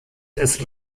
ist